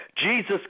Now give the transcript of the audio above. Jesus